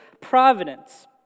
providence